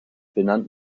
benannt